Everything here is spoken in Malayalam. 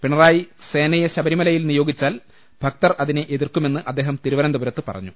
പിണറായി സേനയെ ശബരിമലയിൽ നിയോഗിച്ചാൽ ഭക്തർ അതിനെ എതിർക്കുമെന്ന് അദ്ദേഹം തിരുവനന്തപുരത്ത് പറഞ്ഞു